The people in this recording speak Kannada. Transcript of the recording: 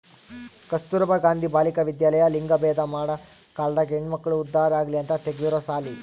ಕಸ್ತುರ್ಭ ಗಾಂಧಿ ಬಾಲಿಕ ವಿದ್ಯಾಲಯ ಲಿಂಗಭೇದ ಮಾಡ ಕಾಲ್ದಾಗ ಹೆಣ್ಮಕ್ಳು ಉದ್ದಾರ ಆಗಲಿ ಅಂತ ತೆಗ್ದಿರೊ ಸಾಲಿ